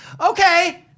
Okay